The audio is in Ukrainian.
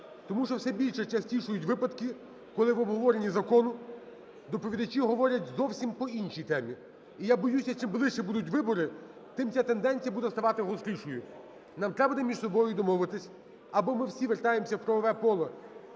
тому що все більше частішають випадки, коли в обговорені закону доповідачі говорять зовсім по іншій темі. І я боюся, чим ближче будуть вибори, тим ця тенденція ставати гострішою. Нам треба буде між собою домовитись: або ми всі вертаємося в правове поле